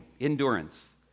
endurance